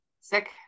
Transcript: sick